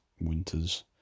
winter's